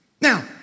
Now